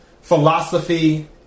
philosophy